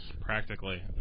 practically